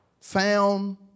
found